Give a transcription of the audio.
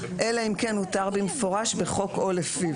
אלא אם כן הותר במפורש בחוק או לפיו.